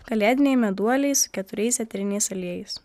kalėdiniai meduoliai su keturiais eteriniais aliejais